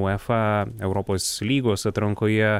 uefa europos lygos atrankoje